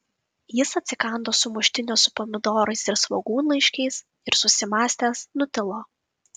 jis atsikando sumuštinio su pomidorais ir svogūnlaiškiais ir susimąstęs nutilo